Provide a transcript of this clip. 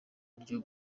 buryo